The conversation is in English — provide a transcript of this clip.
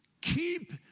Keep